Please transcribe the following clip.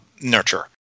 nurture